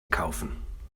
kaufen